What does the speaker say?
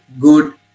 good